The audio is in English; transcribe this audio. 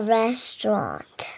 restaurant